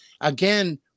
again